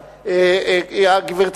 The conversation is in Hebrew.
ואחריו,